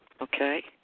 Okay